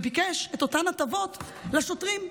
וביקש את אותן הטבות לשוטרים.